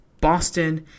Boston